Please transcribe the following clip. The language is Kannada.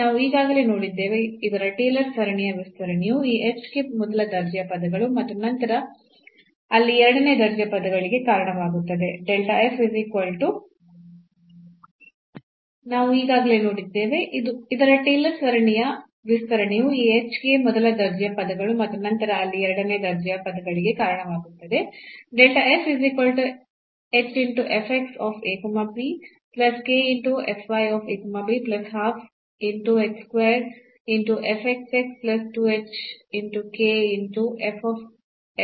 ನಾವು ಈಗಾಗಲೇ ನೋಡಿದ್ದೇವೆ ಇದರ ಟೇಲರ್ ಸರಣಿಯ ವಿಸ್ತರಣೆಯು ಈ h ಗೆ ಮೊದಲ ದರ್ಜೆಯ ಪದಗಳು ಮತ್ತು ನಂತರ ಅಲ್ಲಿ ಎರಡನೇ ದರ್ಜೆಯ ಪದಗಳಿಗೆ ಕಾರಣವಾಗುತ್ತದೆ